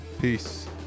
Peace